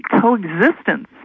coexistence